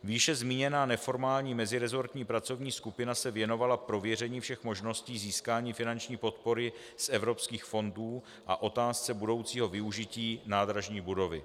Výše zmíněná neformální meziresortní pracovní skupina se věnovala prověření všech možností získání finanční podpory z evropských fondů a otázce budoucího využití nádražní budovy.